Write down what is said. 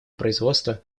производства